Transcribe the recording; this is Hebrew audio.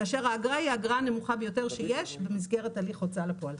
כאשר האגרה היא האגרה הנמוכה ביותר שיש במסגרת הליך הוצאה לפועל.